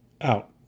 out